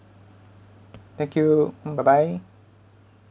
thank you mm bye bye